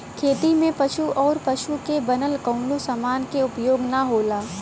खेती में पशु आउर पशु से बनल कवनो समान के उपयोग ना होला